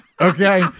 Okay